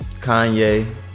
Kanye